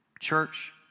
church